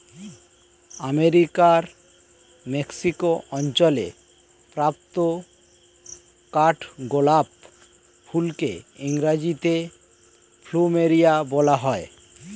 আমেরিকার মেক্সিকো অঞ্চলে প্রাপ্ত কাঠগোলাপ ফুলকে ইংরেজিতে প্লুমেরিয়া বলা হয়